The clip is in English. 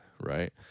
right